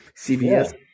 CBS